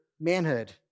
manhood